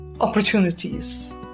opportunities